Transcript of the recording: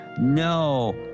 no